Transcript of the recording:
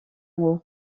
ont